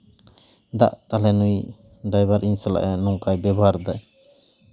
ᱪᱮᱫᱟᱜ ᱛᱟᱦᱚᱞᱮ ᱱᱩᱭ ᱰᱟᱭᱵᱷᱟᱨ ᱤᱧ ᱥᱟᱞᱟᱜ ᱮ ᱱᱚᱝᱠᱟᱭ ᱵᱮᱵᱚᱦᱟᱨ ᱮᱫᱟ